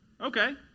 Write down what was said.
Okay